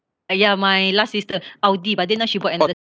uh yeah my last sister Audi but then now she bought another